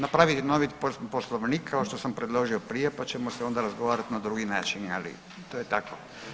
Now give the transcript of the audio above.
Napravite novi poslovnik kao što sam predložio prije pa ćemo se onda razgovarati na drugi način, ali to je tako.